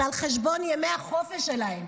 זה על חשבון ימי החופש שלהם,